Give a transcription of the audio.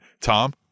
Tom